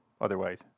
otherwise